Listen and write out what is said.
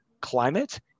climate